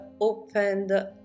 opened